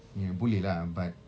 you know boleh lah but